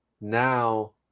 now